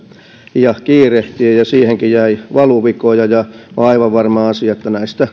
ja kiirehtien ja siihenkin jäi valuvikoja on aivan varma asia että kaikista näistä